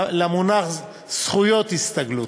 למונח "זכויות הסתגלות".